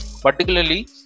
Particularly